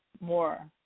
more